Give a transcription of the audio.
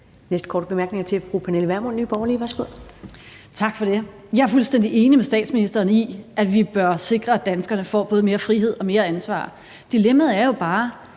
næste korte bemærkning er til fru Pernille Vermund, Nye Borgerlige. Værsgo. Kl. 13:15 Pernille Vermund (NB): Tak for det. Jeg er fuldstændig enig med statsministeren i, at vi bør sikre, at danskerne får både mere frihed og mere ansvar. Dilemmaet er jo bare,